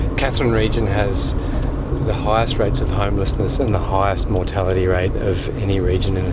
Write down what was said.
katherine region has the highest rates of homelessness and the highest mortality rate of any region